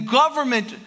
government